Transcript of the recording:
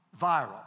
viral